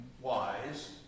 wise